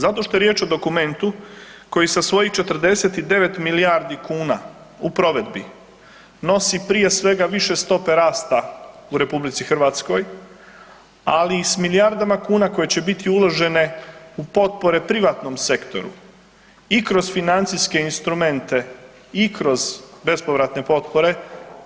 Zato što je riječ o dokumentu koji sa svojih 49 milijardi kuna u provedbi nosi prije svega više stope rasta u RH, ali i s milijardama kuna koje će biti uložene u potpore privatnom sektoru i kroz financijske instrumente, i kroz bespovratne potpore